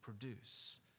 produce